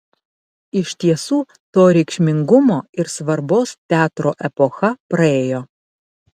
iš tiesų to reikšmingumo ir svarbos teatro epocha praėjo